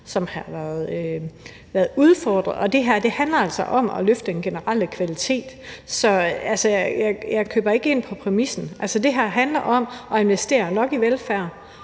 som har været udfordret, og det her handler altså om at løfte den generelle kvalitet, så jeg køber altså ikke præmissen. Det her handler om at investere nok i velfærd